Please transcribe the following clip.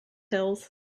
pills